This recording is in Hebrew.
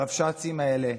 הרבש"צים האלה,